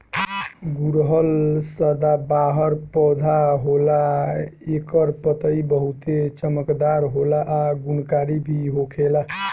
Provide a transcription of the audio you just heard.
गुड़हल सदाबाहर पौधा होला एकर पतइ बहुते चमकदार होला आ गुणकारी भी होखेला